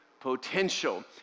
potential